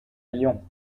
lyon